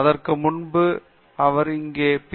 அதற்கு முன்பு அவர் இங்கே பி